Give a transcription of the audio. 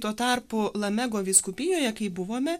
tuo tarpu lamego vyskupijoje kai buvome